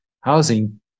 housing